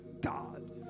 God